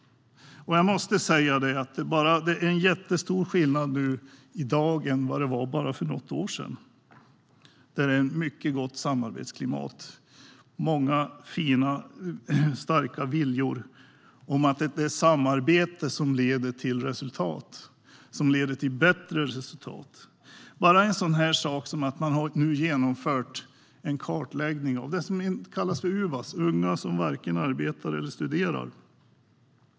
Jag måste säga att det är jättestor skillnad i dag jämfört med för bara något år sedan. Det är ett mycket gott samarbetsklimat. Många fina, starka viljor menar att det är samarbete som leder till resultat - och till bättre resultat. Tänk bara på en sådan sak som att man nu har genomfört en kartläggning av dem som kallas för UVAS, unga som varken arbetar eller studerar.